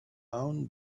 own